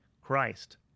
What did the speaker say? Christ